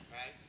Right